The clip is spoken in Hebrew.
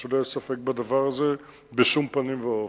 אז שלא יהיה ספק בדבר הזה בשום פנים ואופן.